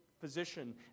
physician